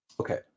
Okay